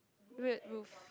red roof